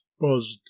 buzzed